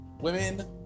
women